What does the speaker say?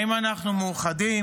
האם אנחנו מאוחדים?